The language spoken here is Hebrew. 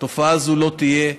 תופעה זו לא תהיה.